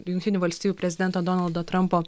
jungtinių valstijų prezidento donaldo trampo